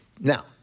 Now